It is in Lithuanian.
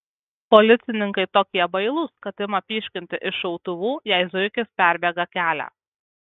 policininkai tokie bailūs kad ima pyškinti iš šautuvų jei zuikis perbėga kelią